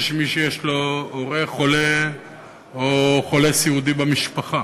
יש מי שיש לו הורה חולה או חולה סיעודי במשפחה,